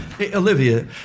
Olivia